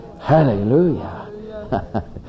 Hallelujah